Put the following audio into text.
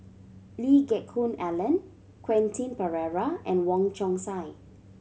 Lee Geck Hoon Ellen Quentin Pereira and Wong Chong Sai